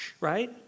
Right